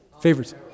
Favorites